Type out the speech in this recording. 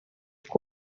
giha